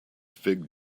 fig